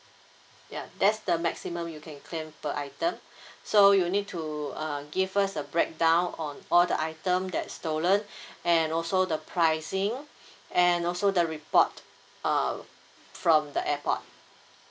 ya that's the maximum you can claim per item so you need to uh give us a break down on all the item that stolen and also the pricing and also the report uh from the airport